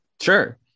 Sure